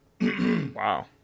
Wow